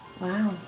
Wow